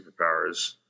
superpowers